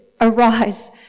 arise